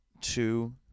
two